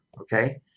Okay